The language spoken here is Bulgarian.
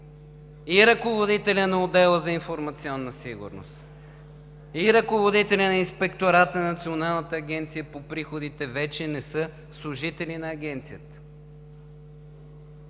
и ръководителят на отдела за информационна сигурност, и ръководителят на Инспектората на Националната агенция за приходите вече не са служители на Агенцията.